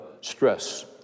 stress